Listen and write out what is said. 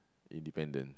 independent